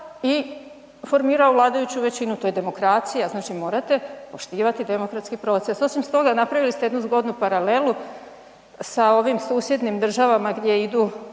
i formirao vladajuću većinu. To je demokracija, znači morate poštivati demokratski proces. Osim toga napravili ste jednu zgodnu paralelu sa ovim susjednim državama gdje idu